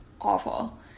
Awful